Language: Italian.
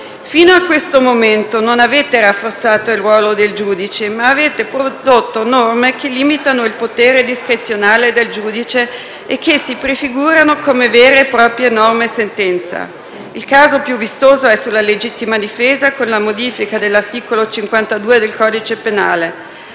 Fino a questo momento non avete rafforzato il ruolo del giudice, ma avete prodotto norme che limitano il suo potere discrezionale e che si prefigurano come vere e proprie norme-sentenza. Il caso più vistoso è sulla legittima difesa con la modifica dell'articolo 52 del codice penale,